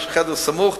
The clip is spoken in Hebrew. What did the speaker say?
יש חדר סמוך,